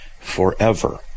forever